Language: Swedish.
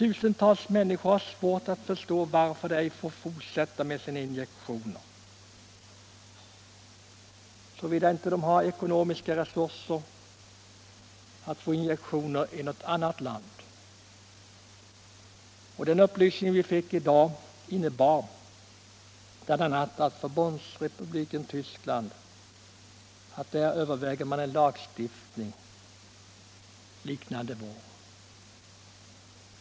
Tusentals människor har svårt att förstå varför de ej får fortsätta med sina injektioner, såvida de inte har ekonomiska resurser att få injektioner i något annat land. Den upplysning vi fick i dag innebar bl.a. att Förbundsrepubliken Tyskland överväger en lagstiftning liknande vår.